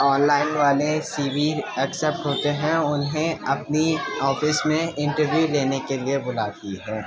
on line والے C V accept ہوتے ہیں انہیں اپنی آفس میں انٹرویو لینے کے لیے بلاتی ہے